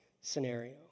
scenario